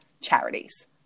charities